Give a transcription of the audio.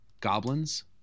goblins